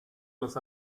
los